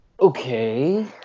Okay